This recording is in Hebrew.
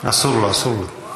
אסור לו, אסור לו.